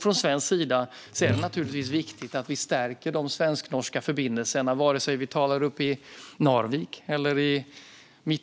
Från svensk sida är det naturligtvis viktigt att vi stärker de svensk-norska förbindelserna vare sig vi talar uppe i Narvik,